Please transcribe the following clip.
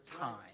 time